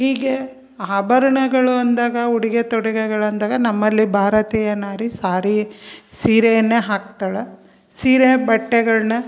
ಹೀಗೇ ಆಭರಣಗಳು ಅಂದಾಗ ಉಡುಗೆ ತೊಡುಗೆಗಳಂದಾಗ ನಮ್ಮಲ್ಲಿ ಭಾರತೀಯ ನಾರಿ ಸಾರಿ ಸೀರೆಯನ್ನೇ ಹಾಕ್ತಾಳ ಸೀರೆ ಬಟ್ಟೆಗಳನ್ನ